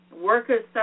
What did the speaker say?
workers